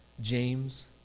James